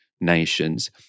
nations